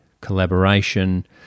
collaboration